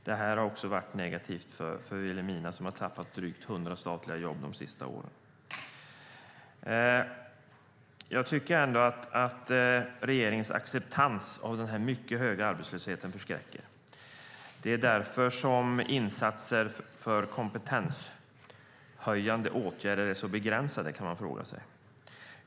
Det har varit negativt också för Vilhelmina, som har tappat drygt 100 statliga jobb de senaste åren. Jag tycker ändå att regeringens acceptans av den mycket höga arbetslösheten förskräcker. Är det därför som insatser för kompetenshöjande åtgärder är så begränsade?